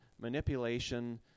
manipulation